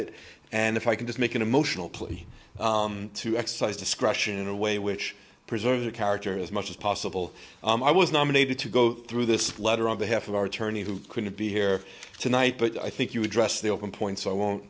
it and if i can just make an emotional plea to exercise discretion in a way which preserve the character as much as possible i was nominated to go through this letter on behalf of our attorney who couldn't be here tonight but i think you address the open point so i